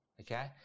Okay